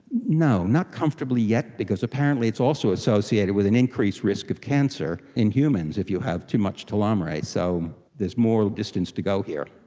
no, not comfortably yet because apparently it's also associated with an increased increased risk of cancer in humans if you have too much telomerase, so there is more distance to go here.